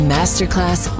Masterclass